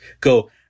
go